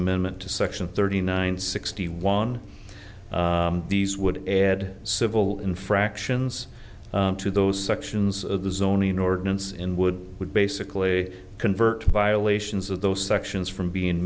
amendment to section thirty nine sixty one these would add civil infractions to those sections of the zoning ordinance in would would basically convert violations of those sections from being